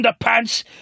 underpants